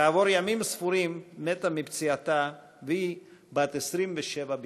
כעבור ימים ספורים מתה מפציעתה, והיא בת 27 בלבד.